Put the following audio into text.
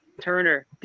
Turner